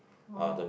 !wow!